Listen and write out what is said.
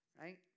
Right